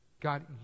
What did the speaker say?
God